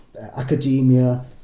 academia